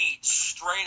straight